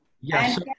Yes